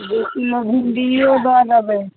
दू किलो भिंडियो दऽ देबै